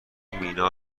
مینا